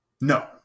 No